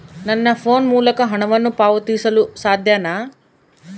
ನನ್ನ ಫೋನ್ ಮೂಲಕ ಹಣವನ್ನು ಪಾವತಿಸಲು ಸಾಧ್ಯನಾ?